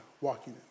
walking